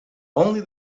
only